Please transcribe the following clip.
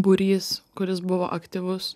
būrys kuris buvo aktyvus